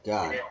God